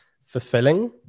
fulfilling